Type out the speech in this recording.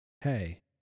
Hey